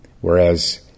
Whereas